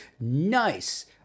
nice